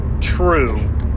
true